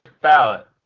ballot